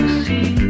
see